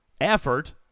effort